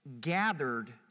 gathered